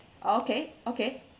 okay okay